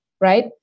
right